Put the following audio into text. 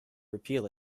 repeal